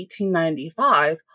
1895